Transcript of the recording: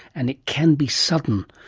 and it can be sudden.